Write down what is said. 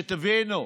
שתבינו: